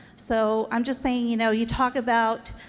so i'm just saying you know you talk about